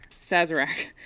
Sazerac